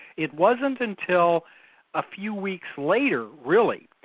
it wasn't until a few weeks later really,